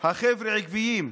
החבר'ה עקביים.